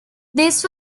these